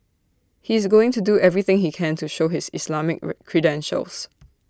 he is going to do everything he can to show his Islamic credentials